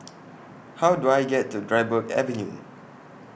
How Do I get to Dryburgh Avenue